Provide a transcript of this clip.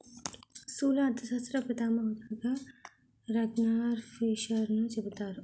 స్థూల అర్థశాస్త్ర పితామహుడుగా రగ్నార్ఫిషర్ను చెబుతారు